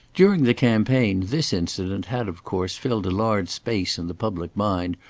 during the campaign this incident had, of course, filled a large space in the public mind,